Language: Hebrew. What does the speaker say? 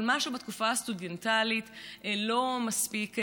אבל משהו בתקופה הסטודנטיאלית לא מספיק בולט,